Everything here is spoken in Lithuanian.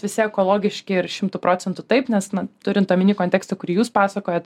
visi ekologiški ir šimtu procentų taip nes na turint omeny kontekstą kurį jūs pasakojat